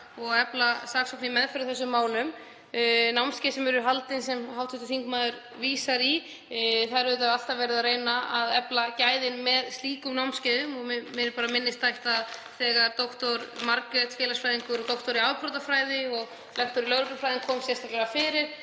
og eflt saksókn í meðferð á þessum málum. Námskeið sem verður haldið sem hv. þingmaður vísar í — það er auðvitað alltaf verið að reyna að efla gæðin með slíkum námskeiðum. Mér er alltaf minnisstætt þegar dr. Margrét, félagsfræðingur og doktor í afbrotafræði og lektor í lögreglufræðum, kom sérstaklega fyrir